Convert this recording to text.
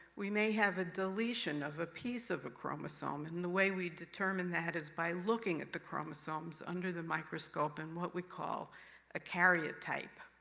we may have a deletion of a piece of a chromosome, and and the way we determine that is by looking at the chromosomes under the microscope, and what we call a karyotype.